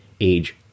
age